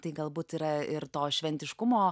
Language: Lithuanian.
tai galbūt yra ir to šventiškumo